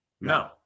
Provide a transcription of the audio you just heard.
No